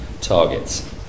targets